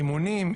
אימונים,